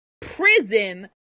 prison